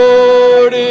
Lord